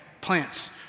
plants